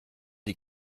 die